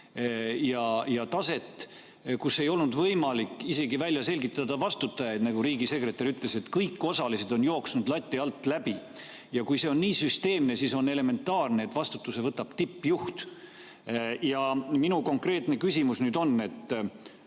ja taset, kus ei olnud võimalik isegi välja selgitada vastutajaid. Nagu riigisekretär ütles, kõik osalised on lati alt läbi jooksnud. Ja kui see on nii süsteemne, siis on elementaarne, et vastutuse võtab tippjuht. Ja minu konkreetne küsimus on